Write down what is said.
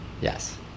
Yes